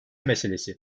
meselesi